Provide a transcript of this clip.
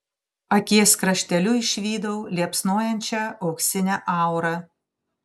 akies krašteliu išvydau liepsnojančią auksinę aurą